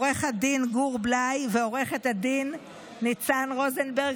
עו"ד גור בליי ועו"ד ניצן רוזנברג,